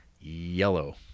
Yellow